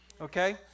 Okay